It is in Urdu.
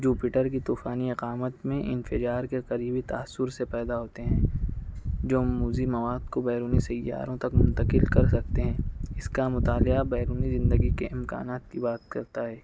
جوپیٹر کی طوفانی اقامت میں انفجار کے قریبی تاثر سے پیدا ہوتے ہیں جو موزی مواد کو بیرونی سیاروں تک منتقل کر سکتے ہیں اس کا مطالعہ بیرونی زندگی کے امکانات کی بات کرتا ہے